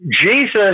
Jesus